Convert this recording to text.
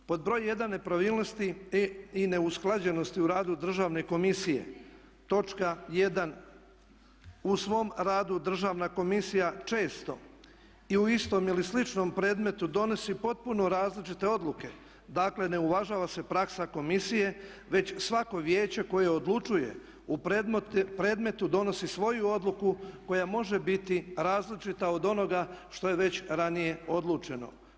Pod broj jedan nepravilnosti i neusklađenosti u radu Državne komisije točka 1.u svom radu Državna komisija često i u istom ili sličnom predmetu donosi potpuno različite odluke, dakle ne uvažava se praksa komisije već svako vijeće koje odlučuje u predmetu donosi svoju odluku koja može biti različita od onoga što je već ranije odlučeno.